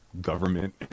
government